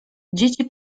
dzieci